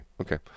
Okay